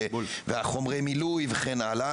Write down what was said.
והחומרי מילוי וכן הלאה,